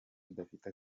badafite